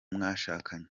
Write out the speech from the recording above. mwashakanye